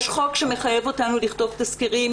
יש חוק שמחייב אותנו לכתוב תסקירים